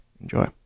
Enjoy